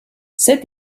cette